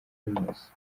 primus